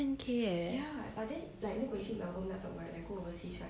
ten K leh